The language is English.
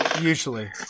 Usually